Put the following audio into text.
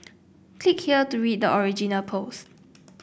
click here to read the original post